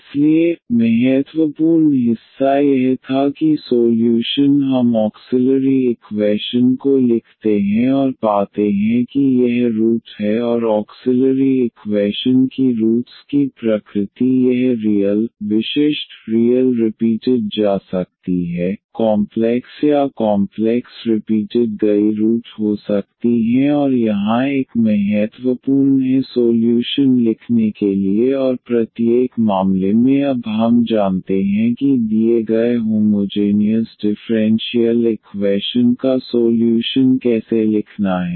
इसलिए महत्वपूर्ण हिस्सा यह था कि सोल्यूशन हम ऑक्सिलरी इक्वैशन को लिखते हैं और पाते हैं कि यह जड़ है और ऑक्सिलरी इक्वैशन की रूटस् की प्रकृति यह रियल विशिष्ट रियल रिपीटेड जा सकती है कॉम्प्लेक्स या कॉम्प्लेक्स रिपीटेड गई रूट हो सकती हैं और यहां एक महत्वपूर्ण है सोल्यूशन लिखने के लिए और प्रत्येक मामले में अब हम जानते हैं कि दिए गए होमोजेनियस डिफ़्रेंशियल इक्वैशन का सोल्यूशन कैसे लिखना है